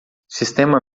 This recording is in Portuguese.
sistema